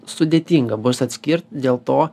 sudėtinga bus atskirt dėl to